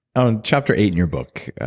um chapter eight in your book,